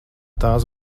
tās